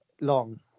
long